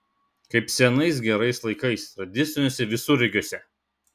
kaip senais gerais laikais tradiciniuose visureigiuose